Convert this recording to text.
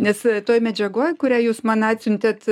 nes toj medžiagoj kurią jūs man atsiuntėt